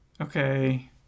Okay